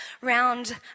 round